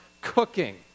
cooking